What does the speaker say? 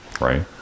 right